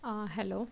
hello